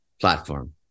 platform